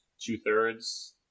two-thirds